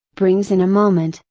brings in a moment,